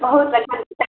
बहुत परेशान करता